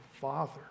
Father